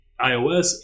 iOS